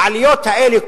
העליות האלה,